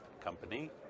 company